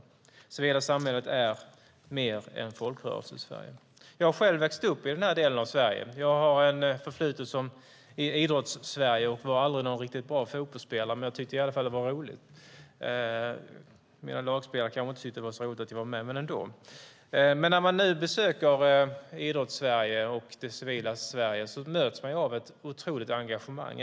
Det civila samhället är mer än Folkrörelsesverige. Jag har själv växt upp i den här delen av Sverige. Jag har ett förflutet i Idrottssverige. Jag var aldrig någon riktigt bra fotbollsspelare, men jag tyckte i alla fall att det var roligt, även om mina lagkamrater kanske inte tyckte att det var så roligt att jag var med. När man nu besöker Idrottssverige och det civila Sverige möts man av ett otroligt engagemang.